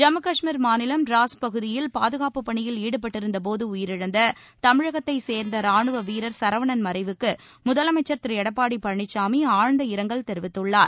ஜம்மு கஷ்மீர் மாநிலம் டிராஸ் பகுதியில் பாதுகாப்பு பணியில் ஈடுபட்டிருந்த போது உயிரிழந்த தமிழகத்தை சேர்ந்த ரானுவ வீரர் சரவணன் மறைவுக்கு முதலமைச்சர் திரு எடப்பாடி பழனிச்சாமி ஆழ்ந்த இரங்கல் தெரிவித்துள்ளார்